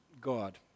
God